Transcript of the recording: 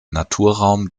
naturraum